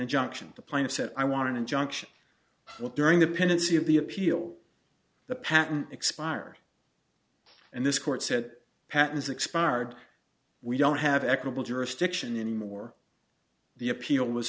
injunction the plaintiff said i want an injunction with during the pendency of the appeal the patent expires and this court said patents expired we don't have equable jurisdiction anymore the appeal was